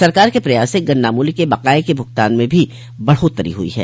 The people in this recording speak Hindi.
सरकार के प्रयास से गन्ना मूल्य के बकाये के भुगतान म भी बढ़ोत्तरी हुई है